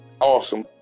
awesome